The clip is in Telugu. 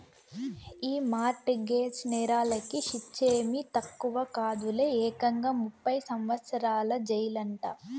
ఈ మార్ట్ గేజ్ నేరాలకి శిచ్చేమీ తక్కువ కాదులే, ఏకంగా ముప్పై సంవత్సరాల జెయిలంట